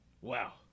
Wow